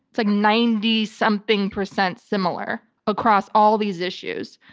it's like ninety something percent similar across all these issues.